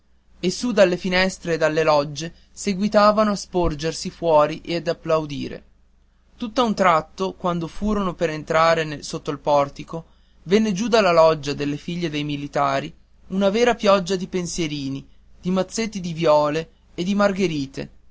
e su dalle finestre e dalle logge seguitavano a sporgersi fuori e ad applaudire tutt'a un tratto quando furono per entrar sotto il portico venne giù dalla loggia delle figlie dei militari una vera pioggia di pensieri di mazzettini di viole e di margherite